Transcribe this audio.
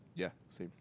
yeah same